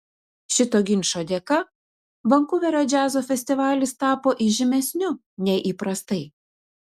šito ginčo dėka vankuverio džiazo festivalis tapo įžymesniu nei įprastai